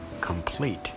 complete